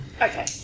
okay